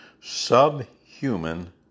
subhuman